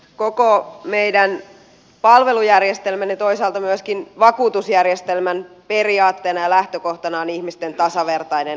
koko meidän palvelujärjestelmämme ja toisaalta myöskin vakuutusjärjestelmämme periaatteena ja lähtökohtana on ihmisten tasavertainen kohteleminen